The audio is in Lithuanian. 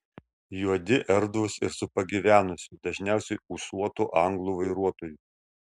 juodi erdvūs ir su pagyvenusiu dažniausiai ūsuotu anglu vairuotoju